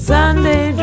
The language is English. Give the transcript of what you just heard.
Sunday